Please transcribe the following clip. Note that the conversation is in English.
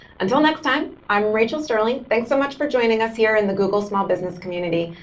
until next time, i'm rachel sterling. thanks so much for joining us here in the google small business community,